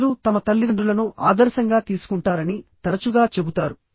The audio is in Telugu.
పిల్లలు తమ తల్లిదండ్రులను ఆదర్శంగా తీసుకుంటారని తరచుగా చెబుతారు